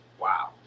Wow